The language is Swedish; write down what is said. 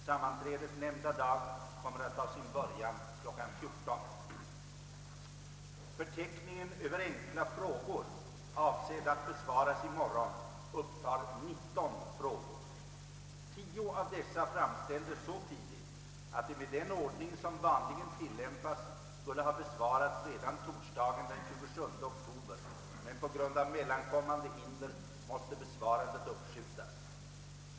Sammanträdet nämnda dag kommer att ta sin början kl. 14.00. Förteckningen över enkla frågor, avsedda att besvaras i morgon upptar 19 frågor. 10 av dessa framställdes så tidigt, att de med den ordning som vanligen tillämpas skulle ha besvarats redan torsdagen den 27 oktober, men på grund av mellankommande hinder måste besvarandet uppskjutas.